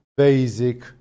basic